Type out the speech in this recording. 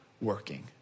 working